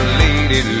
lady